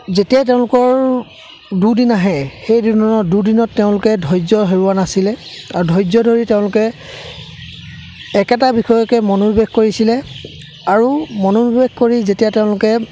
যেতিয়াই তেওঁলোকৰ দুদিন আহে সেইদিনৰ দুদিনত তেওঁলোকে ধৈৰ্য হেৰুৱা নাছিলে আৰু ধৈৰ্য ধৰি তেওঁলোকে একেটা বিষয়কৈ মনোনিৱেশ কৰিছিলে আৰু মনোনিৱেশ কৰি যেতিয়া তেওঁলোকে